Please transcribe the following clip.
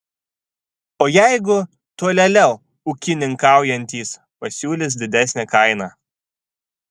o jeigu tolėliau ūkininkaujantis pasiūlys didesnę kainą